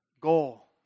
goal